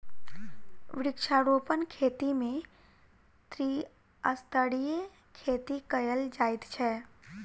वृक्षारोपण खेती मे त्रिस्तरीय खेती कयल जाइत छै